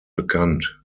bekannt